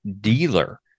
dealer